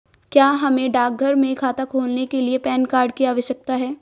क्या हमें डाकघर में खाता खोलने के लिए पैन कार्ड की आवश्यकता है?